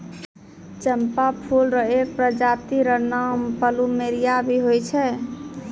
चंपा फूल र एक प्रजाति र नाम प्लूमेरिया भी होय छै